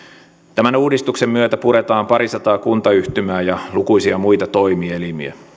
tämän uudistuksen myötä puretaan parisataa kuntayhtymää ja lukuisia muita toimielimiä